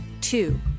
Two